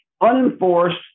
unenforced